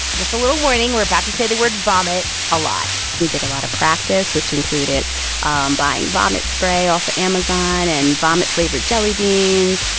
just a little warning. we're about to say the word vomit a lot we did a lot of practice, which included um buying vomit spray off amazon and vomit-flavored jelly beans.